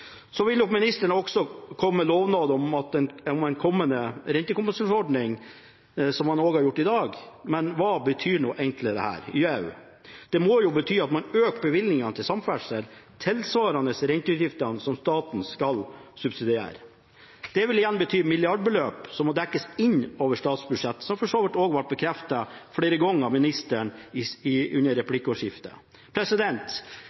Så vil nok ministeren komme med lovnad om en kommende rentekompensasjonsordning, som han også har gjort i dag, men hva betyr nå egentlig dette? Jo, det må bety at man øker bevilgningene til samferdsel tilsvarende renteutgiftene som staten skal subsidiere. Det vil igjen bety milliardbeløp som må dekkes inn over statsbudsjettet, som for så vidt også ble bekreftet flere ganger av ministeren under